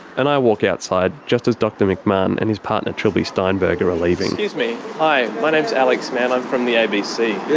and i walk outside just as dr mcmahon and his partner trilby steinberger are leaving. excuse me. hi, my name's alex mann, i'm from the abc.